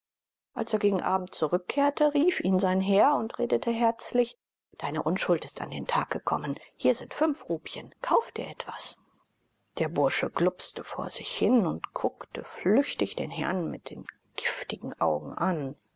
als er gegen abend zurückkehrte rief ihn sein herr und redete herzlich deine unschuld ist an den tag gekommen hier sind fünf rupien kaufe dir etwas der bursche glupste vor sich hin und guckte flüchtig den herrn mit den giftigen augen an